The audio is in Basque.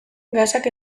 gasak